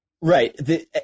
Right